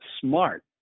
smart